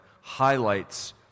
highlights